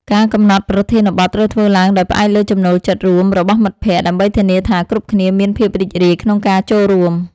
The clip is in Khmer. ការកំណត់ប្រធានបទត្រូវធ្វើឡើងដោយផ្អែកលើចំណូលចិត្តរួមរបស់មិត្តភក្តិ ដើម្បីធានាថាគ្រប់គ្នាមានភាពរីករាយក្នុងការចូលរួម។